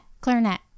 clarinet